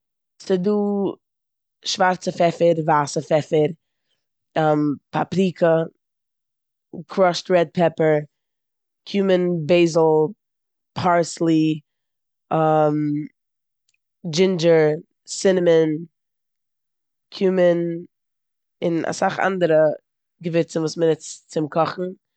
ס'דא שווארצע פעפפער, ווייסע פעפפער, פארפריקע, קראשעד רעד פעפפער, קומין, באסיל, פארסלי, דשינדשער, סינעממין, קומין און אסאך אנדערע געווירצן וואס מ'נוצט צום קאכן.